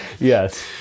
Yes